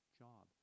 job